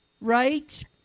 right